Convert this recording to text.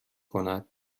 کند